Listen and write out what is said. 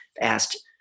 asked